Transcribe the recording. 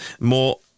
more